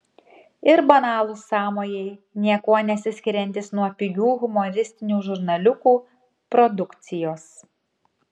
ir banalūs sąmojai niekuo nesiskiriantys nuo pigių humoristinių žurnaliukų produkcijos